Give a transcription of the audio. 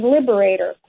liberator